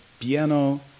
Piano